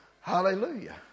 Hallelujah